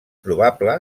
probable